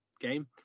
game